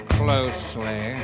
closely